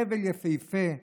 חבל יפהפה,